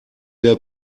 der